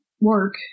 work